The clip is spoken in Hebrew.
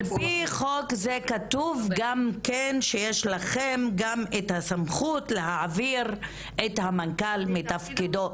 על פי חוק כתוב גם כן שיש לכם את הסמכות להעביר את המנכ"ל מתפקידו.